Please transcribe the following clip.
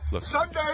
Sunday